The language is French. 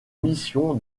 mission